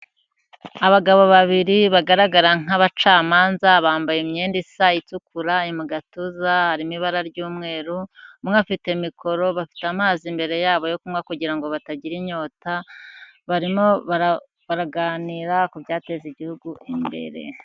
Abagabo babiri bagaragara nk'abacamanza, bambaye imyenda isa itukura, mu gatuza harimo ibara ry'umweru, umwe afite mikoro bafite amazi imbere yabo yo kunywa kugira ngo batagira inyota, barimo baraganira ku byateza igihugu imbere.